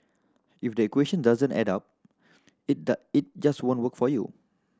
if the equation doesn't add up it just won't work for you